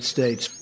States